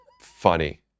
funny